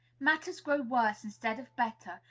matters grow worse, instead of better,